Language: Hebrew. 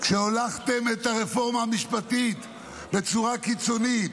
כשהולכתם את הרפורמה המשפטית בצורה קיצונית